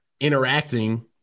Interacting